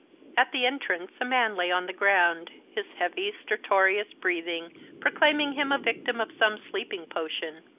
at the entrance a man lay on the ground, his heavy stertorous breathing proclaiming him a victim of some sleeping potion.